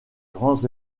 grands